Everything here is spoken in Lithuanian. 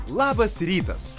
labas rytas